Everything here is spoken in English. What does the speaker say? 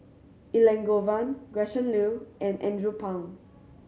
Elangovan Gretchen Liu and Andrew Phang